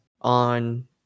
on